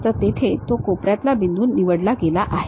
तर येथे तो कोपऱ्यातील बिंदू निवडला गेला आहे